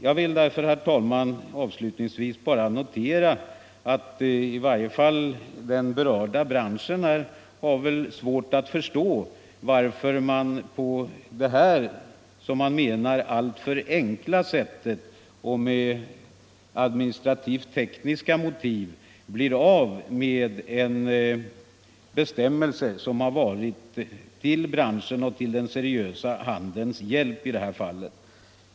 Jag vill därför, herr talman, avslutningsvis bara notera att i varje fall den berörda branschen har svårt att förstå varför man på detta alltför enkla sätt — med administrativa tekniska motiv — blir av med en bestämmelse som har varit till branschens och den seriösa handelns hjälp.